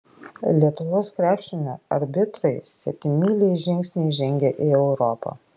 lietuvos krepšinio arbitrai septynmyliais žingsniais žengia į europą